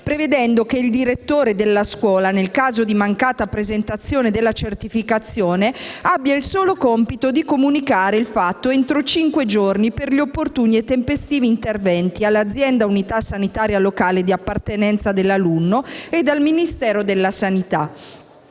prevedendo che il direttore della scuola, nel caso di mancata presentazione della certificazione, abbia il solo compito di comunicare il fatto entro cinque giorni per gli opportuni e tempestivi interventi all'azienda unità sanitaria locale di appartenenza dell'alunno ed al Ministero della sanità.